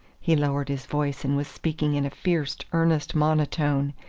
he lowered his voice and was speaking in a fierce earnest monotone,